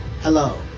Hello